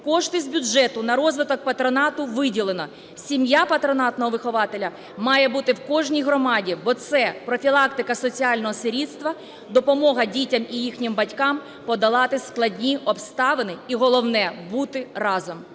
Кошти з бюджету на розвиток патронату виділено, сім'я патронатного вихователя має бути в кожній громаді, бо це профілактика соціального сирітства, допомога дітям і їхнім батькам подолати складні обставини і, головне, бути разом.